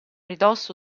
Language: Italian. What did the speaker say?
ridosso